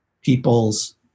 people's